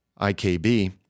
IKB